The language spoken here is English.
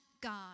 God